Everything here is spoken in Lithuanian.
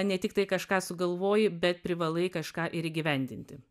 ne tiktai kažką sugalvoji bet privalai kažką ir įgyvendinti